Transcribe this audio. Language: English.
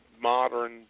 modern